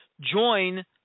join